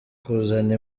kuzana